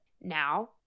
Now